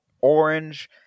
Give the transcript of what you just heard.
orange